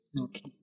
okay